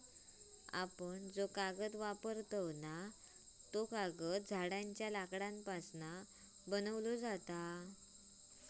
आपण जो कागद वापरतव ना, झाडांच्या लाकडापासून बनवलो जाता